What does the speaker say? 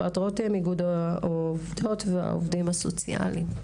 מנע, בבקשה.